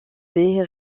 des